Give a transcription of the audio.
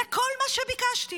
זה כל מה שביקשתי.